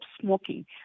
smoking